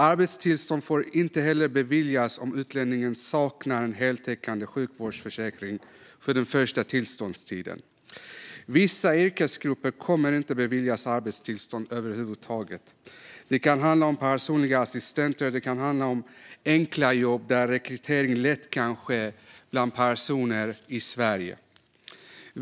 Arbetstillstånd får inte beviljas om utlänningen saknar en heltäckande sjukvårdsförsäkring för den första tillståndstiden. Vissa yrkesgrupper kommer inte att beviljas arbetstillstånd över huvud taget. Det kan handla om personliga assistenter eller om enkla jobb till vilka rekrytering lätt kan ske bland personer i Sverige.